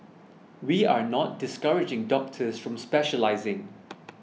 we are not discouraging doctors from specialising